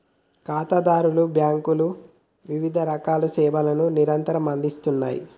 ఖాతాదారులకు బ్యాంకులు వివిధరకాల సేవలను నిరంతరం అందిస్తూ ఉన్నాయి